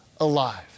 alive